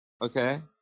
okay